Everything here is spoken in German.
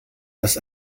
dass